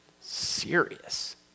serious